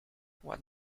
what